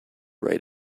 right